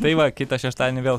tai va kitą šeštadienį vėl